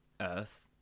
earth